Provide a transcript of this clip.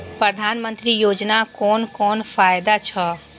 प्रधानमंत्री योजना कोन कोन फायदा छै?